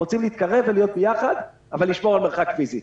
רוצים להתקרב ולהיות ביחד אבל לשמור על מרחק פיזי.